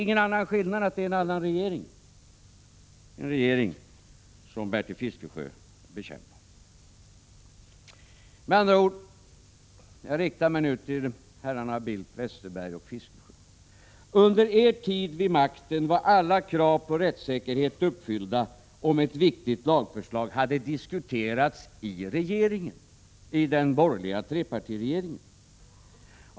Med andra ord — jag riktar mig nu till herrarna Bildt, Westerberg och Fiskesjö: Under er tid vid makten var alla krav på rättssäkerhet uppfyllda om ett viktigt lagförslag hade diskuterats i regeringen, i den borgerliga trepartiregeringen.